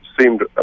seemed